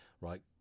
right